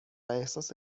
احساس